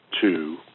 two